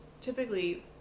typically